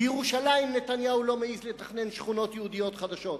בירושלים נתניהו לא מעז לתכנן שכונות יהודיות חדשות.